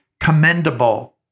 commendable